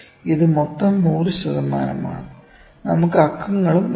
ഇത് മൊത്തം 100 ശതമാനമാണ് നമുക്ക് അക്കങ്ങളും ഇടാം